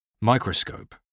microscope